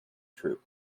troop